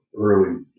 Early